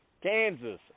Kansas